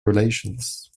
relations